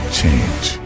change